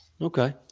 Okay